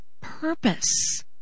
purpose